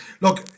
Look